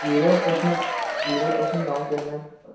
zero percent zero percent down payment